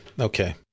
Okay